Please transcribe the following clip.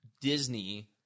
Disney